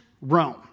Rome